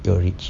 your rich